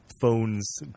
phones